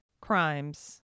crimes